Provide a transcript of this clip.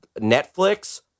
Netflix